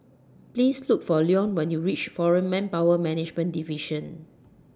Please Look For Leone when YOU REACH Foreign Manpower Management Division